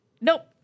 Nope